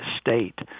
state